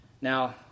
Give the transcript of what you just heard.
Now